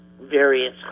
various